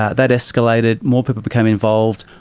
ah that escalated, more people became involved,